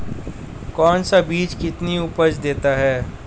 कौन सा बीज कितनी उपज देता है?